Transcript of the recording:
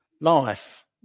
life